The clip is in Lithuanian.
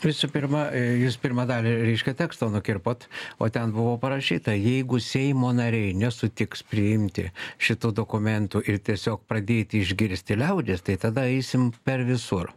visų pirma jūs pirmą dalį reiškia teksto nukirpot o ten buvo parašyta jeigu seimo nariai nesutiks priimti šito dokumento ir tiesiog pradėti išgirsti liaudies tai tada eisim per visur